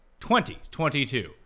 2022